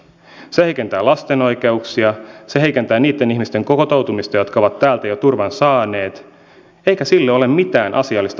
se heikentää lasten oikeuksia se heikentää niitten ihmisten kotoutumista jotka ovat täältä jo turvan saaneet eikä sille ole mitään asiallista perustetta